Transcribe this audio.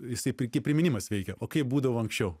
jisai kaip priminimas veikia o kaip būdavo anksčiau